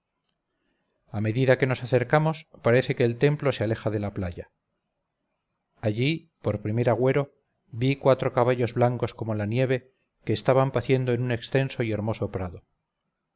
a medida que nos acercamos parece que el templo se aleja de la playa allí por primer agüero vi cuatro caballos blancos como la nieve que estaban paciendo en un extenso y hermoso prado